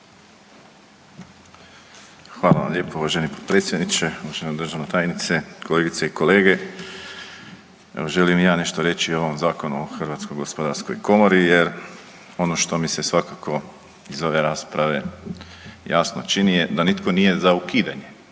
Hvala vam lijepo uvaženi potpredsjedniče. Uvažena državna tajnice, kolegice i kolege, evo želim i ja nešto reći o ovom Zakonu o HGK jer ono što mi se svakako iz ove rasprave jasno čini je da nitko nije za ukidanje